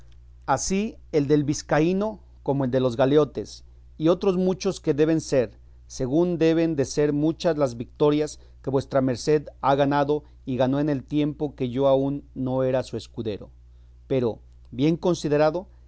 así el del vizcaíno como el de los galeotes y otros muchos que deben ser según deben de ser muchas las vitorias que vuestra merced ha ganado y ganó en el tiempo que yo aún no era su escudero pero bien considerado